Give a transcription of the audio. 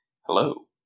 hello